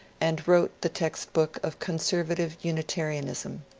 and wrote the text-book of conservative unitarianism,